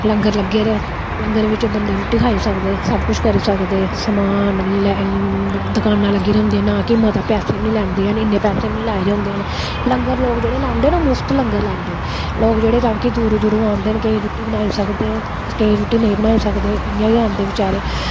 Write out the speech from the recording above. लंगर लग्गे दे लंगर बिच्च बंदे रुट्टी खाई सकदे सब कुछ करी सकदे समान दकानां लग्गी दियां होदियां ना के मते पैसे बी नेईं लैंदे हैन इ'नें पैसे बी नेईं लाए दे होंदे न लंगर लोग जेह्ड़े लांदे न ओह् मुफ्त लंगर लांदे लोक जेह्ड़े तां कि दूरां दूरां औंदे न रुट्टी खाई सकदे केईं रुट्टी नेईं बनाई सकदे इ'यां गै औंदे बचारे